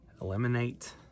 Eliminate